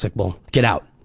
like well, get out!